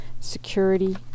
Security